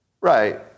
Right